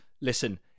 listen